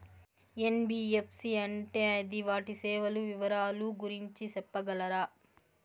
NBFC అంటే అది వాటి సేవలు వివరాలు గురించి సెప్పగలరా?